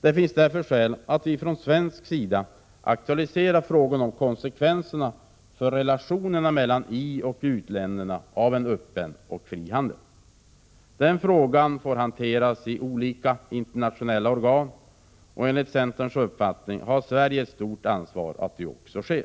Det finns därför skäl att vi i Sverige aktualiserar frågan om konsekvenserna för relationerna mellan ioch u-länder av en öppen och fri handel. Den frågan får hanteras i olika internationella organ. Enligt centerns uppfattning har Sverige ett stort ansvar för att detta också sker.